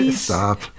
Stop